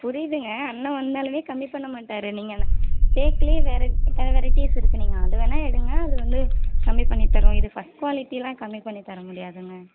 புரியுதுங்க அண்ணன் வந்தாலும் கம்மி பண்ண மாட்டார் நீங்கள் தேக்கில் வேறு வேறு வெரைட்டிஸ் இருக்குது நீங்கள் அது வேணுணா எடுங்க அது வந்து கம்மி பண்ணித்தரோம் இது ஃபர்ஸ்ட் குவாலிட்டிலாம் கம்மி பண்ணி தர முடியாதுங்க